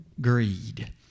Greed